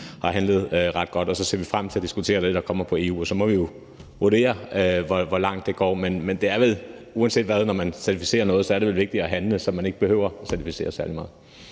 har handlet ret godt, og så ser vi frem til at diskutere det, der kommer fra EU, og så må vi jo vurdere, hvor langt det går. Men uanset hvad er det vel, når man certificerer noget, vigtigere at handle, så man ikke behøver certificere særlig meget.